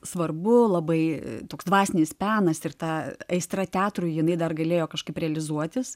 svarbu labai toks dvasinis penas ir ta aistra teatrui jinai dar galėjo kažkaip realizuotis